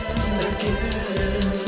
again